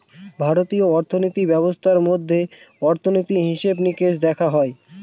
ভারতীয় অর্থিনীতি ব্যবস্থার মধ্যে অর্থনীতি, হিসেবে নিকেশ দেখা হয়